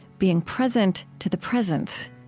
being present to the presence.